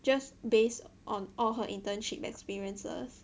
just based on all her internship experiences